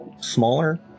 smaller